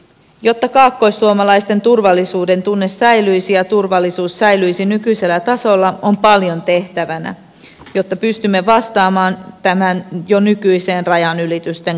jotta kaakkoissuomalaisten turvallisuuden tunne säilyisi ja turvallisuus säilyisi nykyisellä tasolla on paljon tehtävänä jotta pystymme vastaamaan jo nykyiseen rajanylitysten kasvutahtiin